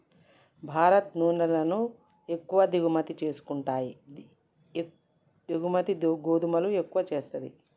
భారత్ నూనెలను ఎక్కువ దిగుమతి చేసుకుంటాయి ఎగుమతి గోధుమలను ఎక్కువ చేస్తది